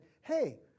Hey